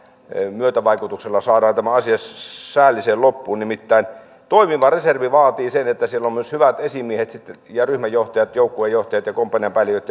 myötävaikutuksella saadaan tämä asia säälliseen loppuun nimittäin toimiva reservi vaatii sen että siellä ovat myös hyvät esimiehet ja ryhmänjohtajat joukkueenjohtajat ja komppanianpäälliköt